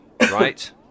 Right